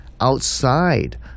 outside